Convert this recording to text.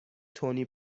تونی